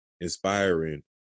inspiring